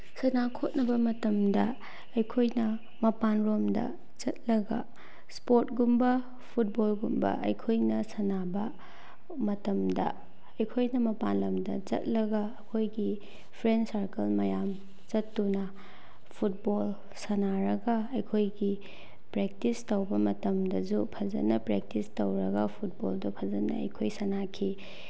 ꯁꯥꯟꯅ ꯈꯣꯠꯅꯕ ꯃꯇꯝꯗ ꯑꯩꯈꯣꯏꯅ ꯃꯄꯥꯟꯂꯣꯝꯗ ꯆꯠꯂꯒ ꯏꯁꯄꯣꯔꯠꯒꯨꯝꯕ ꯐꯨꯠꯕꯣꯜꯒꯨꯝꯕ ꯑꯩꯈꯣꯏꯅ ꯁꯥꯟꯅꯕ ꯃꯇꯝꯗ ꯑꯩꯈꯣꯏꯅ ꯃꯄꯥꯟꯂꯝꯗ ꯆꯠꯂꯒ ꯑꯩꯈꯣꯏꯒꯤ ꯐ꯭ꯔꯦꯟ ꯁꯔꯀꯜ ꯃꯌꯥꯝ ꯆꯠꯇꯨꯅ ꯐꯨꯠꯕꯣꯜ ꯁꯥꯟꯅꯔꯒ ꯑꯩꯈꯣꯏꯒꯤ ꯄ꯭ꯔꯦꯛꯇꯤꯁ ꯇꯧꯕ ꯃꯇꯝꯗꯁꯨ ꯐꯖꯅ ꯄ꯭ꯔꯦꯛꯇꯤꯁ ꯇꯧꯔꯒ ꯐꯨꯠꯕꯣꯜꯗꯣ ꯐꯖꯅ ꯑꯩꯈꯣꯏ ꯁꯥꯟꯅꯈꯤ